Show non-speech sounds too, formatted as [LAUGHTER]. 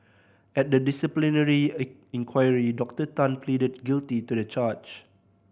at the disciplinary [UNINTELLIGIBLE] inquiry Doctor Tan pleaded guilty to the charge